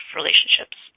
relationships